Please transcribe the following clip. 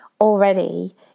already